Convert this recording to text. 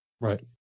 Right